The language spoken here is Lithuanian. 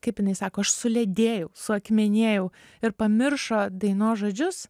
kaip jinai sako aš suledėjau suakmenėjau ir pamiršo dainos žodžius